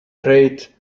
rate